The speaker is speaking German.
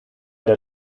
der